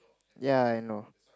ya I know